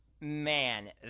Man